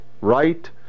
right